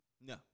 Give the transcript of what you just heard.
No